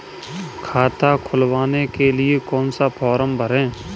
खाता खुलवाने के लिए कौन सा फॉर्म भरें?